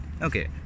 Okay